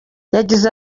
yagize